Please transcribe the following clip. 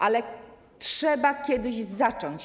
Ale trzeba kiedyś zacząć.